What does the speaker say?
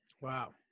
Wow